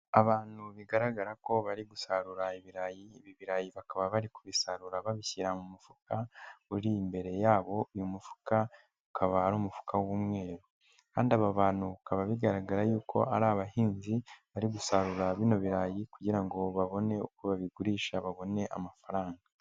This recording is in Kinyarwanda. Abantu bigaragara ko bari gusarura ibirayi, ibi birarayi bakaba bari kubisarura babishyira mu mufuka uri imbere yabo, uyu mufuka ukaba ari umufuka w'umweru kandi aba bantu bikaba bigaragara yuko ari abahinzi bari gusarura bino ibirayi kugira ngo babone uko babigurisha babone amafaranga.